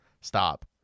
stop